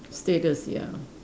status ya